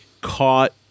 caught